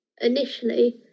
initially